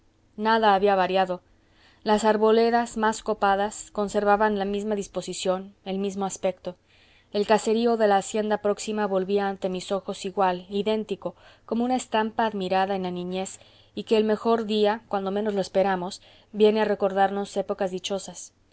nada había variado las arboledas más copadas conservaban la misma disposición el mismo aspecto el caserío de la hacienda próxima volvía ante mis ojos igual idéntico como una estampa admirada en la niñez y que el mejor día cuando menos lo esperamos viene a recordarnos épocas dichosas